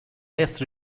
less